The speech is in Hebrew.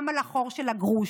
גם על החור שבגרוש,